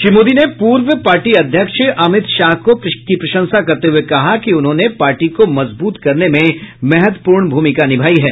श्री मोदी ने पूर्व पार्टी अध्यक्ष अमित शाह की प्रशंसा करते हुए कहा कि उन्होंने पार्टी को मजबूत करने में महत्वपूर्ण भूमिका निभाई है